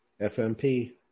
FMP